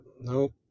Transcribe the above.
nope